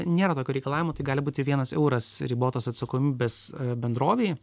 nėra tokio reikalavimo tai gali būti vienas euras ribotos atsakomybės bendrovei